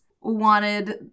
...wanted